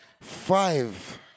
five